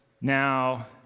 Now